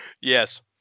Yes